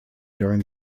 during